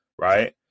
right